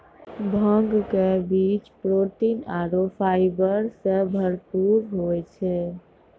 भांग के बीज प्रोटीन आरो फाइबर सॅ भरपूर होय छै